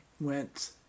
went